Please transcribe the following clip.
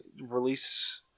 release